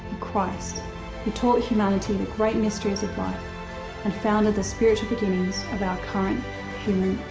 christ who taught humanity the great mysteries of life and founded the spiritual beginnings of our current human